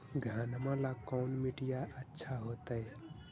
घनमा ला कौन मिट्टियां अच्छा होतई?